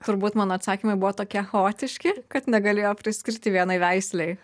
turbūt mano atsakymai buvo tokie chaotiški kad negalėjo priskirti vienai veislei